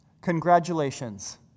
Congratulations